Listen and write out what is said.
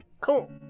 Cool